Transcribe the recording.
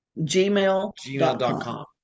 gmail.com